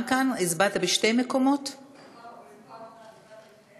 העבודה, הרווחה והבריאות נתקבלה.